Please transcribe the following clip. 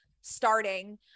starting